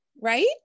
Right